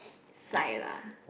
Sai lah